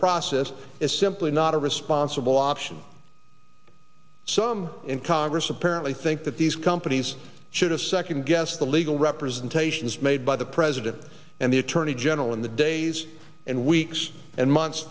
process is simply not a responsible option some in congress apparently think that these companies should have second guessed the legal representations made by the president and the attorney general in the days and weeks and months